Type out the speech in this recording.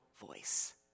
voice